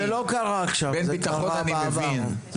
לבין ביטחון אני מבין.